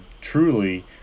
truly